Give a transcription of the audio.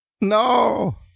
No